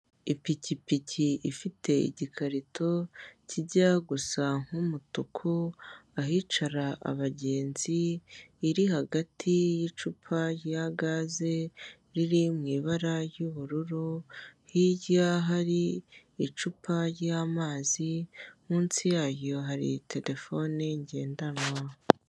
Ipikipiki ifite igikarito kijya gusa nk'umutuku ahicara abagenzi; iri hagati y'icupa rya gaze riri mu ibara ry'ubururu, hirya hari icupa ry'amazi, munsi yaryo hari terefone ngendanwa.